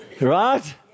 Right